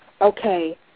okay